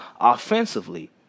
offensively